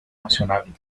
nacional